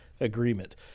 agreement